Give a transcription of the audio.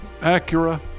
Acura